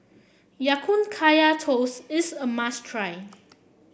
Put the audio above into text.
Ya Kun Kaya Toast is a must try